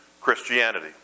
Christianity